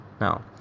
Now